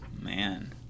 man